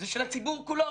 זה של הציבור כולו